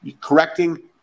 correcting